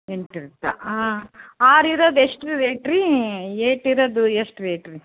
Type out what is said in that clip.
ಎಂಟರದ್ದಾ ಆರು ಇರೋದ್ ಎಷ್ಟು ರೇಟ್ ರೀ ಏಯ್ಟ್ ಇರೋದು ಎಷ್ಟು ರೇಟ್ ರೀ